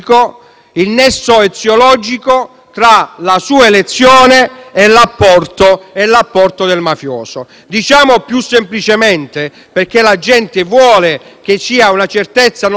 tra la sua elezione e l'apporto del mafioso. Diciamo più semplicemente che la gente vuole che vi sia certezza non soltanto della legge, non soltanto della pena,